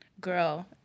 girl